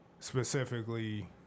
Specifically